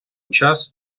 час